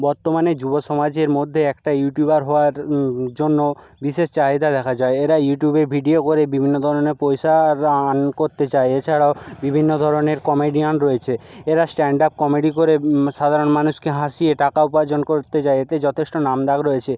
বর্তমানে যুব সমাজের মধ্যে একটা ইউটিউবার হওয়ার জন্য বিশেষ চাহিদা দেখা যায় এরা ইউটিউবে ভিডিও করে বিভিন্ন ধরনের পয়সা আর্ন করতে চায় এছাড়াও বিভিন্ন ধরনের কমেডিয়ান রয়েছে এরা স্ট্যান্ড আপ কমেডি করে সাধারণ মানুষকে হাসিয়ে টাকা উপার্জন করতে যায় এতে যথেষ্ট নাম ডাক রয়েছে